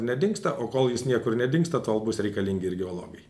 nedingsta o kol jis niekur nedingsta tol bus reikalingi ir geologai